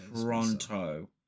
Pronto